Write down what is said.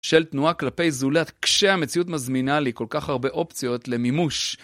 של תנועה כלפי זולת כשהמציאות מזמינה לי כל כך הרבה אופציות למימוש.